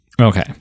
Okay